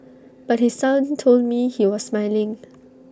but his son told me he was smiling